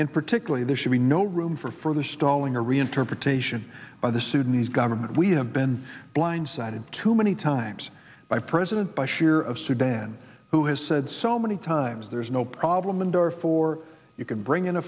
in particularly there should be no room for further stalling or reinterpretation by the sudanese government we have been blindsided too many times by president bashir of sudan who has said so many times there is no problem and are for you can bring in a